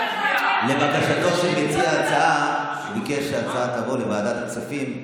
לבקשתו של מציע ההצעה, זה יעבור לוועדת הכספים.